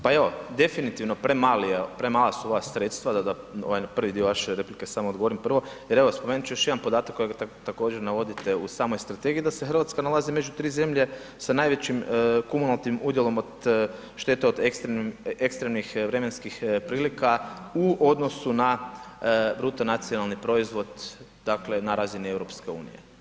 Pa evo, definitivno premala su ova sredstva da na ovaj prvi dio vaše replike samo odgovorim prvo jer evo, spomenut ću još jedan podatak kojeg također, navodite u samoj Strategiji, da se Hrvatska nalazi među 3 zemlje sa najvećim kumulativnim udjelom od štete od ekstremnih vremenskih prilika u odnosu na BDP, dakle na razini EU.